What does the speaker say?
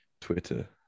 Twitter